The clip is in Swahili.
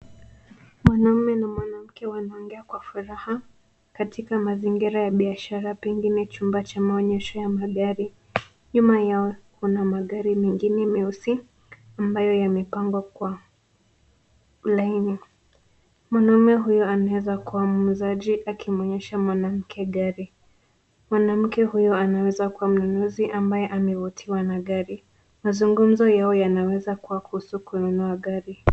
Mwanaume na mwanamke wanaongea kwa furaha katika mazingira ya biashara pengine chumba cha maonyesho ya magari. Nyuma yao kuna magari mengine meusi ambayo yamepangwa kwa laini. Mwanamume huyo anaweza kuwa muuzaji akimuonyesha mwanamke gari. Mwanamke huyo anaweza kuwa mnunuzi ambaye amevutiwa na gari. Mazungumzo yao yanaweza kuwa kuhusu kununua gari.